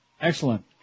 Excellent